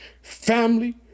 Family